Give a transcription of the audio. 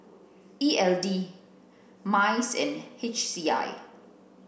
E L D MICE and H C I